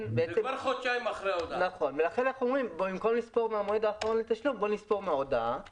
במקום לספור מן המועד האחרון לתשלום אנחנו אומרים: בואו נספור מן